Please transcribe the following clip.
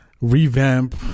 revamp